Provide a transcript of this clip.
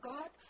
God